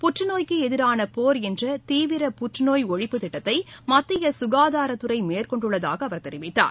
புற்றநோய்க்கு எதிரான போர் என்ற தீவிர புற்றுநோய் ஒழிப்புத் திட்டத்தை மத்திய சுகாதாரத்துறை மேற்கொண்டுள்ளதாக அவர் தெரிவித்தார்